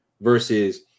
versus